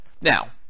Now